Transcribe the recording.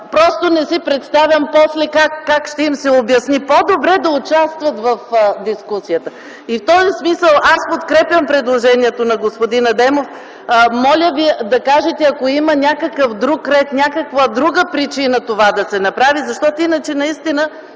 няма. Не си представям после как ще им се обясни. По-добре да участват в дискусията. В този смисъл аз подкрепям предложението на господин Адемов. Моля ви да кажете, ако има някакъв друг ред, някаква друга причина това да се направи, защото остава